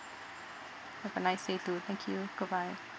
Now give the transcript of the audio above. have a nice too thank you goodbye